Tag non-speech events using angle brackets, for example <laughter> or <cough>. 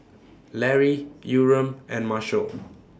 Lary Yurem and Marshal <noise>